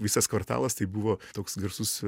visas kvartalas tai buvo toks garsus